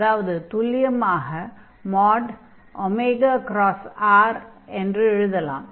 அதாவது துல்லியமாக r என்று எழுதலாம்